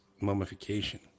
mummification